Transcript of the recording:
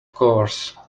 course